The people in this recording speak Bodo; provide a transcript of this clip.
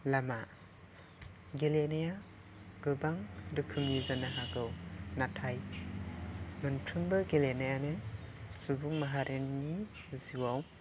लामा गेलेनाया गोबां रोखोमनि जानो हागौ नाथाइ मोनफ्रोमबो गेलेनायानो सुबुं माहारिनि जिउवाव